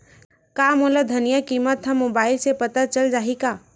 का मोला धनिया किमत ह मुबाइल से पता चल जाही का?